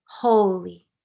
holy